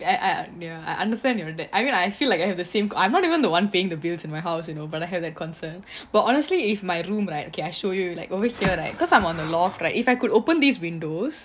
ya ya ya I understand you all that I mean I feel like I have the same I'm not even the one paying the bills in my house you know but I had that concern but honestly if my room right okay I show you like over here right cause I'm on a loft right if I could open these windows